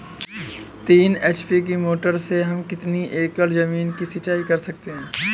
तीन एच.पी की मोटर से हम कितनी एकड़ ज़मीन की सिंचाई कर सकते हैं?